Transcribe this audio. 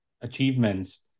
achievements